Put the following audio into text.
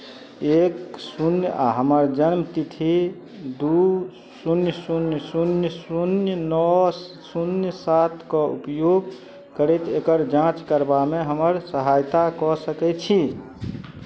एक शून्य आ हमर जन्मतिथि दू शून्य शून्य शून्य शून्य नओ शून्य सातके उपयोग करैत एकर जाँच करबामे हमर सहायता कऽ सकैत छी